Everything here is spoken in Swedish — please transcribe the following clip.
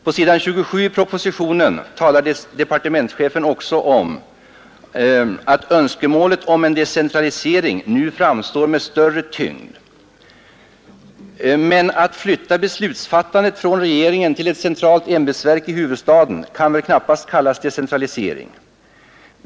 På s. 27 i propositionen talar departementschefen också om att önskemålet om en decentralisering nu framstår med större tyngd. Men att flytta beslutsfattande från regeringen till ett centralt ämbetsverk i huvudstaden kan väl knappast kallas decentralisering.